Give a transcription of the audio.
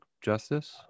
Justice